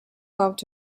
loved